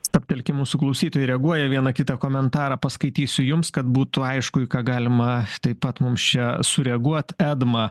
stabtelkim mūsų klausytojai reaguoja vieną kitą komentarą paskaitysiu jums kad būtų aišku į ką galima taip pat mums čia sureaguot edma